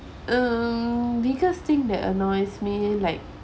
um biggest thing that annoys me like